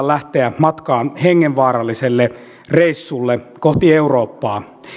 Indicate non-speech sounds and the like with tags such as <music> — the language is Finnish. <unintelligible> lähteä matkaan hengenvaaralliselle reissulle kohti eurooppaa